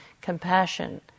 compassion